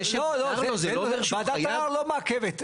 ועדת ערער לא מעכבת.